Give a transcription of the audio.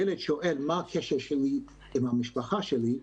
ילד שואל מה הקשר שלי עם המשפחה שלי,